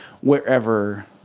wherever